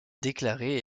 déclaré